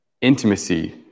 Intimacy